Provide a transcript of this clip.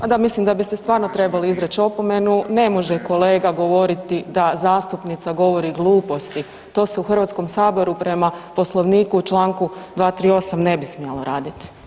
Ma da mislim da biste stvarno trebali izdat opomenu, ne može kolega govoriti da zastupnica govori gluposti, to se u Hrvatskom saboru prema Poslovniku u Članku 238., ne bi smjelo raditi.